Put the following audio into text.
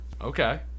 Okay